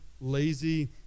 lazy